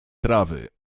trawy